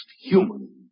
human